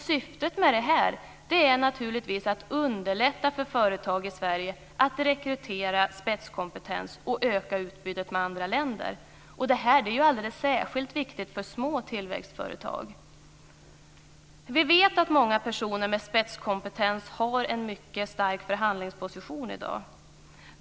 Syftet med detta är naturligtvis att underlätta för företag i Sverige att rekrytera spetskompetens och öka utbytet med andra länder. Det här är alldeles särskilt viktigt för små tillväxtföretag. Vi vet att många personer med spetskompetens har en mycket stark förhandlingsposition i dag.